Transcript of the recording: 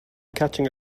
catching